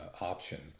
option